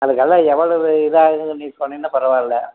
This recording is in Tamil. அதுக்கெல்லாம் எவ்வளவு இதாகும்னு கொஞ்சம் சொன்னீங்கன்னா பரவாயில்லை